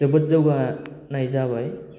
जोबोद जौगानाय जाबाय